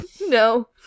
No